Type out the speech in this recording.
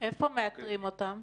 איפה מאתרים אותם?